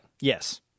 Yes